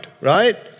right